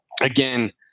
again